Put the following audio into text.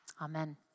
amen